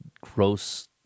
gross